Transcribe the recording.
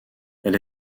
elle